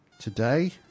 Today